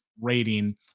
rating